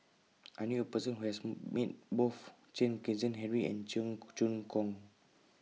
I knew A Person Who has Met Both Chen Kezhan Henri and Cheong Choong Kong